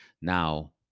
Now